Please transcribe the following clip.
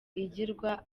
igirwa